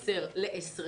כינוס של בין 10 20 אנשים,